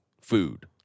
food